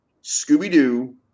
Scooby-Doo